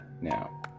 now